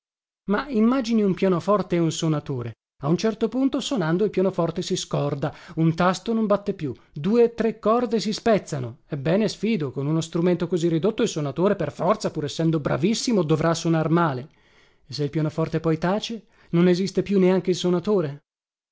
ma immagini un pianoforte e un sonatore a un certo punto sonando il pianoforte si scorda un tasto non batte più due tre corde si spezzano ebbene sfido con uno strumento così ridotto il sonatore per forza pur essendo bravissimo dovrà sonar male e se il pianoforte poi tace non esiste più neanche il sonatore